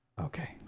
okay